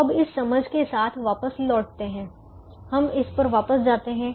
तो अब इस समझ के साथ वापस लौटते हैं हम इस पर वापस जाते हैं